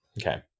Okay